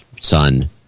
son